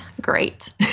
great